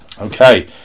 Okay